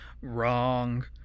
wrong